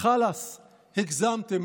חלאס, הגזמתם.